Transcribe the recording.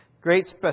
Great